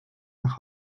nach